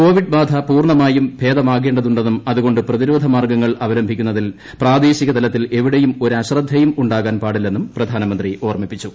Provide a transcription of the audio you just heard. Covid ബാധ പൂർണ്ണമായും ഭേദമാകേണ്ടതുണ്ടെന്നും അതുകൊണ്ട് പ്രതിരോധ മാർഗ്ഗങ്ങൾ അവലംബിക്കുന്നതിൽ പ്രാദേശിക തലത്തിൽ എവിടെയും ഒരു അശ്രദ്ധയും ഉണ്ടാകാൻ പാടില്ലെന്നും പ്രധാനമന്ത്രി ഓർമ്മിപ്പിച്ചു